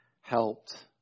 helped